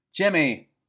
Jimmy